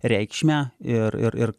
reikšmę ir